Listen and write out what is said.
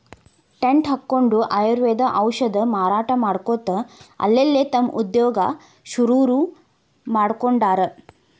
tent ಹಕ್ಕೊಂಡ್ ಆಯುರ್ವೇದ ಔಷಧ ಮಾರಾಟಾ ಮಾಡ್ಕೊತ ಅಲ್ಲಲ್ಲೇ ತಮ್ದ ಉದ್ಯೋಗಾ ಶುರುರುಮಾಡ್ಕೊಂಡಾರ್